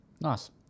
Nice